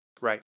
Right